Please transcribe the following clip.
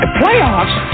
playoffs